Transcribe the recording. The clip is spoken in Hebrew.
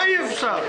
מה אי אפשר?